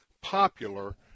popular